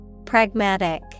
Pragmatic